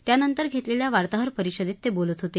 त्यांनतर घेतलेल्या वार्ताहर परिषदेत ते बोलत होते